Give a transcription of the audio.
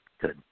Good